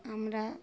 আমরা